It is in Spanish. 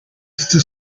este